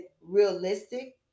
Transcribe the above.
realistic